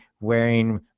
wearing